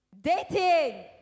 dating